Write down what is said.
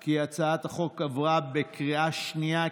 כי הצעת החוק בנוסח הוועדה עברה בקריאה השנייה.